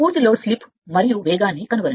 పూర్తి load slip మరియు వేగాన్ని కనుగొనండి